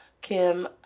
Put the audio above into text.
Kim